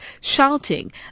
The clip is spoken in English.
shouting